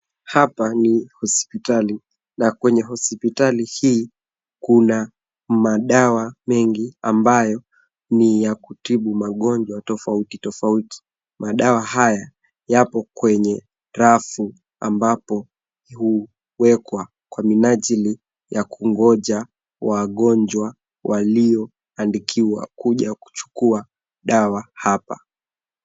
Hapa ni hospitali na kwenye hospitali hii kuna madawa mengi ambayo ni ya kutibu magonjwa tofauti, tofauti. Madawa haya yako kwenye rafu, ambapo huwekwa kwa minajili ya kungoja wagonjwa walioandikiwa kuja kuchukua dawa hapa.